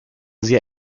sie